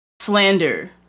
slander